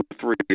three